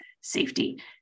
safety